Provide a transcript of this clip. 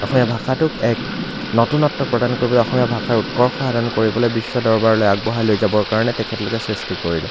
অসমীয়া ভাষাটোক এক নতুনত্ব প্ৰদান কৰিবলৈ অসমীয়া ভাষাৰ উৎকৰ্ষ সাধন কৰিবলৈ বিশ্ব দৰবাৰলৈ আগবঢ়াই লৈ যাবৰ কাৰণে তেখেতলোকে সৃষ্টি কৰিলে